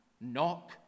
Knock